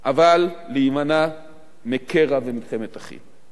אבל להימנע מקרע ומלחמת אחים.